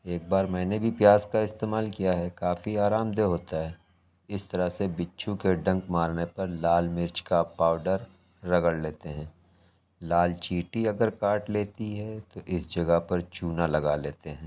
ایک بار میں نے بھی پیاز کا استعمال کیا ہے کافی آرام دہ ہوتا ہے اس طرح سے بچھو کے ڈنک مارنے پر لال مرچ کا پاؤڈر رگڑ لیتے ہیں لال چیونٹی اگر کاٹ لیتی ہے تو اس جگہ پر چونا لگا لیتے ہیں